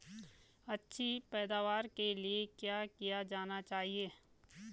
अच्छी पैदावार के लिए क्या किया जाना चाहिए?